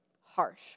Harsh